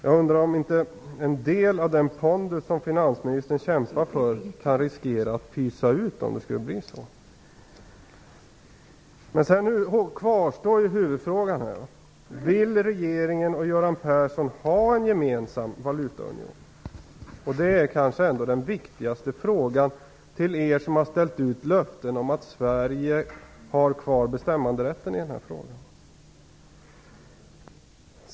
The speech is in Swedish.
Jag undrar om inte en del av den pondus som finansministern kämpar för kan riskera att pysa ut om det skulle bli så. Huvudfrågan kvarstår: Vill regeringen och Göran Persson ha en gemensam valutaunion? Det är nog den viktigaste frågan till er som har ställt ut löften om att Sverige har kvar bestämmanderätten i det här fallet.